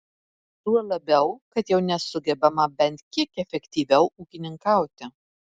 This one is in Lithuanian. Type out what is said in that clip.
tuo labiau kad jau nesugebama bent kiek efektyviau ūkininkauti